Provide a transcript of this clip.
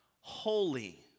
Holy